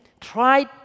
try